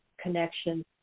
connection